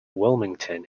wilmington